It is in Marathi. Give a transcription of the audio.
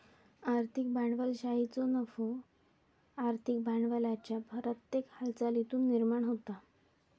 आर्थिक भांडवलशाहीचो नफो आर्थिक भांडवलाच्या प्रत्येक हालचालीतुन निर्माण होता